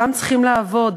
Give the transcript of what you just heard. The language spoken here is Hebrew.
שכולם צריכים לעבוד,